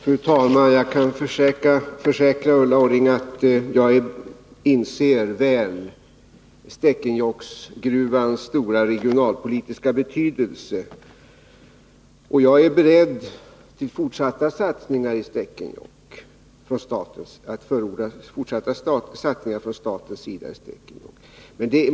Fru talman! Jag kan försäkra Ulla Orring att jag mycket väl inser Stekenjokkgruvans stora regionalpolitiska betydelse. Jag är beredd att förorda fortsatta satsningar i Stekenjokk.